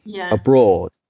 abroad